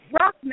Rock